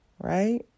right